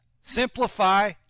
Simplify